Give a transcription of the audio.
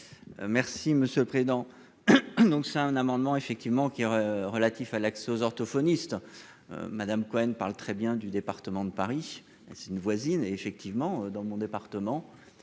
Merci monsieur le président. Donc c'est un amendement effectivement qui relatif à l'accès aux orthophonistes. Madame Cohen parle très bien du département de Paris c'est une voisine et effectivement dans mon département,